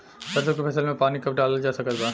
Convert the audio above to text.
सरसों के फसल में पानी कब डालल जा सकत बा?